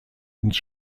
ins